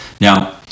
Now